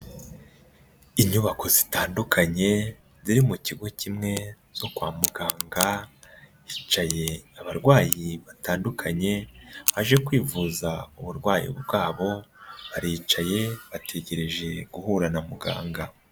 Inyubako zitandukanye ziri mu kigo kimwe zo kwa muganga, hicaye abarwayi batandukanye baje kwivuza uburwayi bwabo, baricaye bategereje guhura na muganga.